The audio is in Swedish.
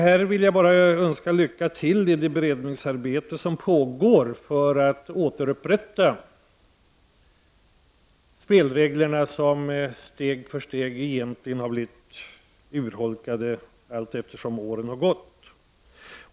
Här vill jag bara önska lycka till i det beredningsarbete som pågår för att återupprätta spelreglerna, som egentligen steg för steg har urholkats allteftersom åren har gått.